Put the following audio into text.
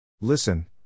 Listen